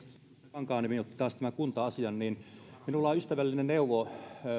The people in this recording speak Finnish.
kankaanniemi otti taas tämän kunta asian niin minulla on ystävällinen neuvo